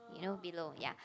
you know below ya